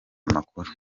makuru